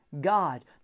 God